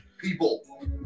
people